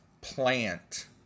Plant